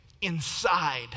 inside